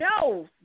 no